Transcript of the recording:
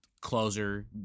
closer